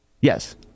Yes